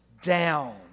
down